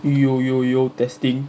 yo yo yo testing